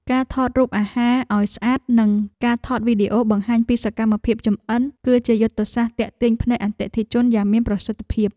ការថតរូបអាហារឱ្យស្អាតនិងការថតវីដេអូបង្ហាញពីសកម្មភាពចម្អិន គឺជាយុទ្ធសាស្ត្រទាក់ទាញភ្នែកអតិថិជនយ៉ាងមានប្រសិទ្ធភាព។